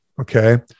okay